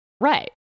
Right